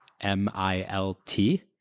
M-I-L-T